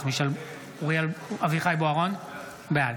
בעד